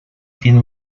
tiene